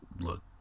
look